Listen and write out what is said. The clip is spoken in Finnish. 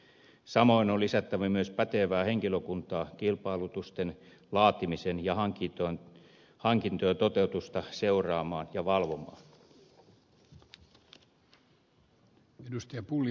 samoin on lisättävä myös pätevää henkilökuntaa kilpailutusten laatimiseen ja hankintojen toteutusta seuraamaan ja valvomaan